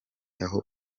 aho